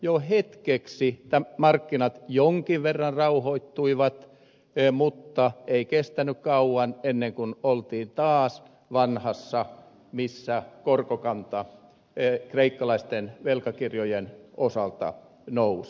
jo hetkeksi markkinat jonkin verran rauhoittuivat mutta ei kestänyt kauan ennen kuin oltiin taas vanhassa missä korkokanta kreikkalaisten velkakirjojen osalta nousi